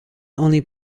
only